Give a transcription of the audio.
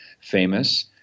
famous